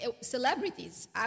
celebrities